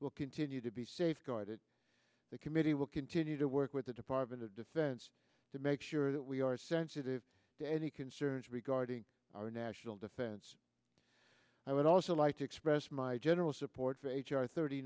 will continue to be safeguarded the committee will continue to work with the department of defense to make sure that we are sensitive to any concerns regarding our national defense i would also like to express my general support for h r thirty